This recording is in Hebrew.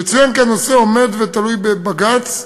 יצוין כי הנושא עומד ותלוי בבג"ץ,